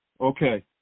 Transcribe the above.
Okay